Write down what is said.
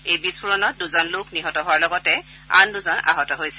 এই বিস্ফোৰণত দুজন লোক নিহত হোৱাৰ লগতে আন দুজন লোক আহত হৈছে